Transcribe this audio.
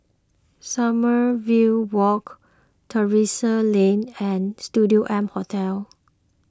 Sommerville Walk Terrasse Lane and Studio M Hotel